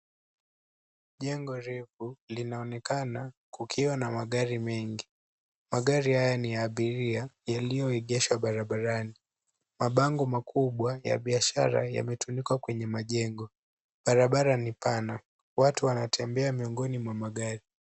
Jengo refu linaonekana kukiwa na magari mengi. Magari haya ni ya abiria yaliyoegeshwa barabarani. Mabango makubwa ya biashara yametundikwa kwenye majengo. Barabara ni pana. Watu wanatembea miongoni mwa magari.